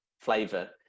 flavor